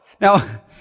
Now